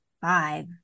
five